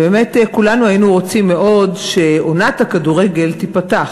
ובאמת כולנו היינו רוצים מאוד שעונת הכדורגל תיפתח,